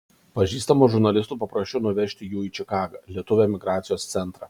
pažįstamų žurnalistų paprašiau nuvežti jų į čikagą lietuvių emigracijos centrą